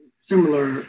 similar